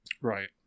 Right